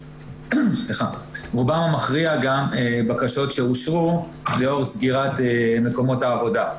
רובן המכריע בקשות שאושרו לאור סגירת מקומות העבודה.